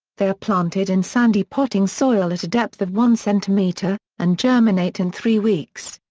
they are planted in sandy potting-soil at a depth of one centimetre, and germinate in three weeks.